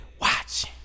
watch